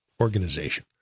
organization